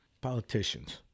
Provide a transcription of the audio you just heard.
Politicians